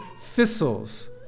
thistles